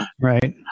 right